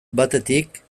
batetik